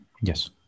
Yes